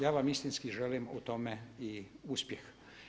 Ja vam istinski želim u tome i uspjeh.